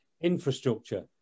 infrastructure